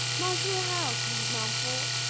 nice little ouse, mrs. mumford.